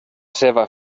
seva